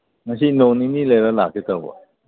ꯉꯁꯤ ꯅꯣꯡ ꯅꯤꯅꯤ ꯂꯩꯔ ꯂꯥꯛꯀꯦ ꯇꯧꯕ